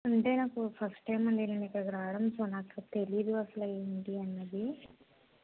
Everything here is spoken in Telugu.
అంటే నాకు ఫస్ట్ టైం అండి నేను ఇక్కడికి రావడం సో నాకు తెలీదు అసలు ఏంటి అన్నది